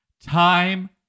Time